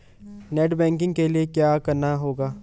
Net banking के लिए क्या करना होगा?